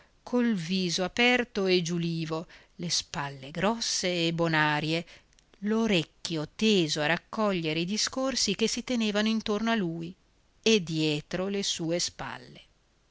col viso aperto e giulivo le spalle grosse e bonarie l'orecchio teso a raccogliere i discorsi che si tenevano intorno a lui e dietro le sue spalle